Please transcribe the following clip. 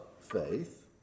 faith